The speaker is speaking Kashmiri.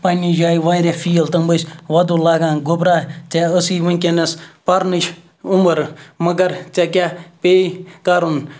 پنٛنہِ جاے واریاہ فیٖل تِم ٲسۍ وَدُن لاگان گوٚبرا ژےٚ ٲسٕے وٕنۍ کٮ۪نَس پَرنٕچ عُمر مگر ژےٚ کیٛاہ پے کَرُن